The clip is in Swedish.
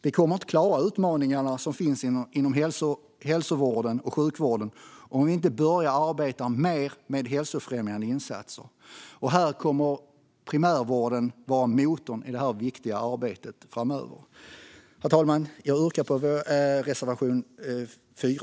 Vi kommer inte att klara utmaningarna inom hälso och sjukvården om vi inte börjar arbeta mer med hälsofrämjande insatser, och primärvården kommer att vara motorn i detta viktiga arbete framöver. Herr talman! Jag yrkar bifall till vår reservation 4.